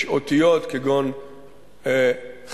יש אותיות כגון חי"ת,